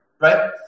right